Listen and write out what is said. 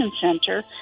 Center